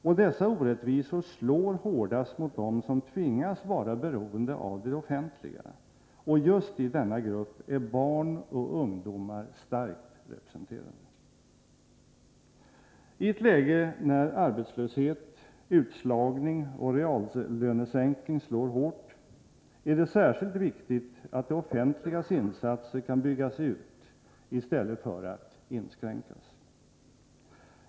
Och dessa orättvisor slår hårdast mot dem som tvingas vara beroende av det offentliga, och just i denna grupp är barn och ungdomar starkt representerade. I ett läge när arbetslöshet, utslagning och reallönesänkning slår hårt är det särskilt viktigt att det offentligas insatser kan byggas ut i stället för att inskränkas.